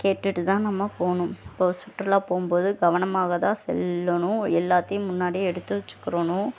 கேட்டுகிட்டு தான் நம்ம போகணும் இப்பது சுற்றுலா போகும் போது கவனமாக தான் செல்லணும் எல்லாத்தையும் முன்னாடியே எடுத்து வச்சுக்கிறணும்